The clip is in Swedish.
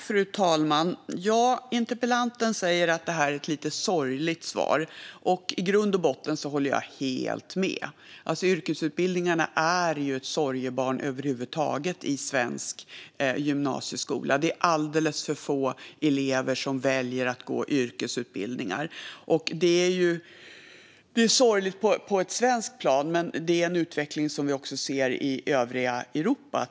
Fru talman! Interpellanten säger att detta är ett lite sorgligt svar. I grund och botten håller jag helt med. Yrkesutbildningarna är ett sorgebarn över huvud taget i svensk gymnasieskola. Det är alldeles för få elever som väljer att gå yrkesutbildningar. Det är sorgligt på ett svenskt plan, men det är en utveckling som vi också ser i övriga Europa.